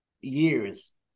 years